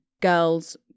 girls